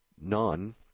None